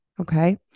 Okay